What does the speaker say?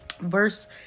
verse